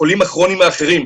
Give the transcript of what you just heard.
החולים הכרוניים האחרים.